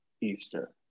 easter